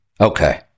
Okay